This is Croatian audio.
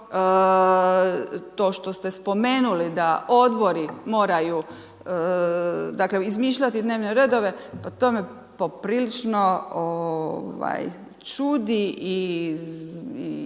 to što ste spomenuli da odbori moraju, dakle izmišljati dnevne redove pa to me poprilično čudi i ne